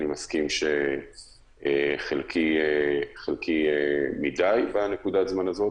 אני מסכים שחלקי מדי בנקודת הזמן הזו,